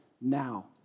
now